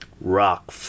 rock